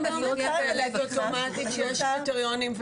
אנחנו אומרים שיש קריטריונים,